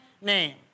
name